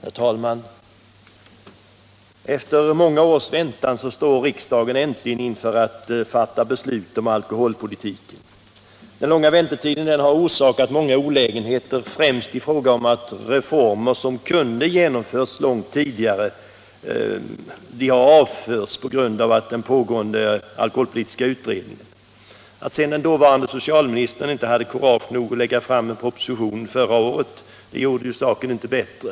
Herr talman! Efter många års väntan står riksdagen äntligen i begrepp att fatta beslut om alkoholpolitiken. Den långa väntetiden har orsakat många olägenheter, främst i fråga om att reformer som kunde ha genomförts långt tidigare har skjutits upp på grund av den pågående alkoholpolitiska utredningen. Att sedan den dåvarande socialministern inte hade kurage nog att lägga fram en proposition förra året gjorde inte saken bättre.